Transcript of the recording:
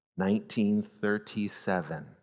1937